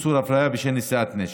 איסור הפליה בשל נשיאת נשק),